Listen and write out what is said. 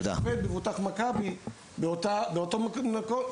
אם יש מבוטח מכבי באותו מקום,